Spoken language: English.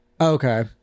Okay